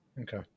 Okay